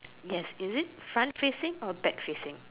yes is it front facing or back facing